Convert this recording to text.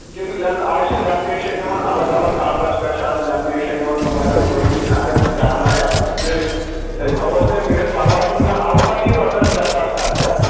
کِن لیم آز چھِ لیمنیشن یِوان الگ الگ کلرس پٮ۪ٹھ چھِ آز لیمنیشن یِوان موبایلن پٔتھۍ کِنۍ اگر ژٕ کرناوکھ تہٕ أسۍ تھاوٕہوس تیٚلہِ کٔرِتھ پرواے چھُنہٕ کینٛہہ الہٕ پلہٕ ییہِ رۄپیس ترٛےٚ ساس خرچہِ اتھ